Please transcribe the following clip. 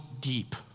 deep